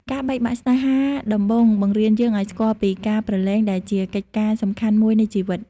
ការបែកបាក់ស្នេហាដំបូងបង្រៀនយើងឱ្យស្គាល់ពី "ការព្រលែង"ដែលជាកិច្ចការសំខាន់មួយនៃជីវិត។